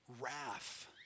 wrath